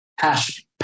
passion